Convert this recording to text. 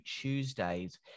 Tuesdays